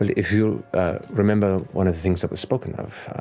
if you remember one of the things that was spoken of,